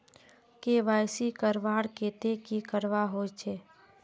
KYC करवार केते की करवा होचए?